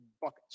buckets